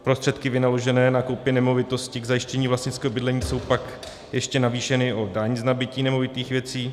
Prostředky vynaložené na koupi nemovitosti k zajištění vlastnického bydlení jsou pak ještě navýšeny o daň z nabytí nemovitých věcí.